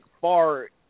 far